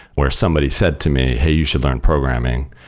where somebody said to me, hey, you should learn programming.